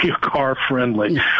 car-friendly